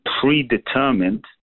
predetermined